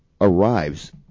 arrives